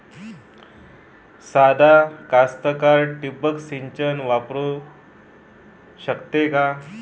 सादा कास्तकार ठिंबक सिंचन वापरू शकते का?